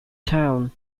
town